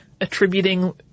attributing